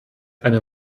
eine